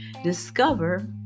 discover